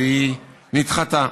והיא נדחתה.